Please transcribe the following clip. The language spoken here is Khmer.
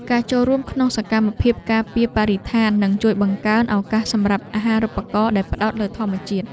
ការចូលរួមក្នុងសកម្មភាពការពារបរិស្ថាននឹងជួយបង្កើនឱកាសសម្រាប់អាហារូបករណ៍ដែលផ្តោតលើធម្មជាតិ។